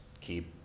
keep